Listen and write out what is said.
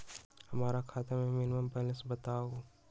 हमरा खाता में मिनिमम बैलेंस बताहु?